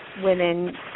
women